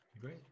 Great